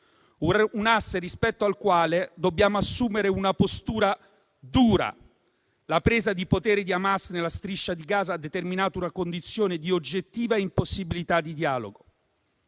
un asse rispetto al quale dobbiamo assumere una postura dura. La presa di potere di Hamas nella striscia di Gaza ha determinato una condizione di oggettiva impossibilità di dialogo.